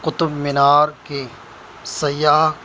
قطب مینار کی سیاح